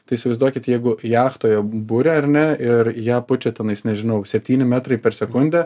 tai įsivaizduokit jeigu jachtoje burė ar ne ir į ją pučia tenais nežinau septyni metrai per sekundę